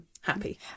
happy